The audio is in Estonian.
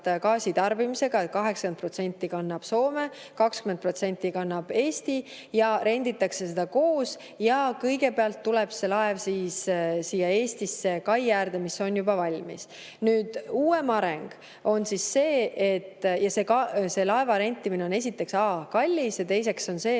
gaasitarbimisega – 80% kannab Soome, 20% kannab Eesti – ja renditakse seda koos. Ja kõigepealt tuleb see laev siia Eestisse kai äärde, mis on juba valmis. See laeva rentimine on esiteks kallis ja teiseks on see,